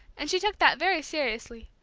and she took that very seriously.